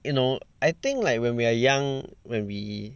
you know I think like when we are young when we